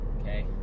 Okay